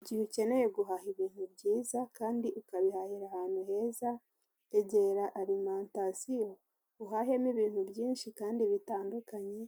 Igihe ucyeneye guhaha ibintu byiza kandi ukabihahira ahantu heza egera alimantasiyo uhahemo ibintu byinshi kandi bitandukanye